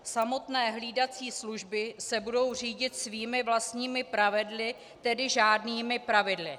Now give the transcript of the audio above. Samotné hlídací služby se budou řídit svými vlastními pravidly, tedy žádnými pravidly.